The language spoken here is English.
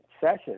session